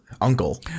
uncle